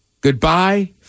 Goodbye